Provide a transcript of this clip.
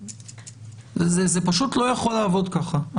זה פשוט לא יכול לעבוד ככה.